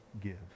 give